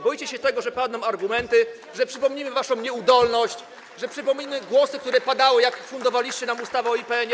Boicie się tego, że padną argumenty, że przypomnimy waszą nieudolność, że przypomnimy głosy, które padały, jak fundowaliście nam ustawę o IPN.